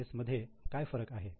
मध्ये काय फरक आहे